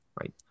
Right